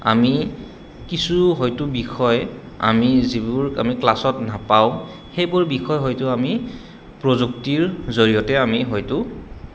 আমি কিছু হয়তো বিষয় আমি যিবোৰ আমি ক্লাছত নাপাওঁ সেইবোৰ বিষয় হয়তো আমি প্ৰযুক্তিৰ জৰিয়তে আমি হয়তো